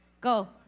go